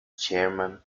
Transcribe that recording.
chairman